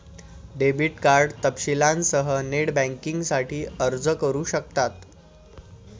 debit card तपशीलांसह net बँकिंगसाठी अर्ज करू शकतात